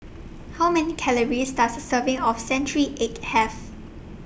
How Many Calories Does A Serving of Century Egg Have